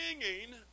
singing